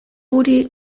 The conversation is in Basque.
guri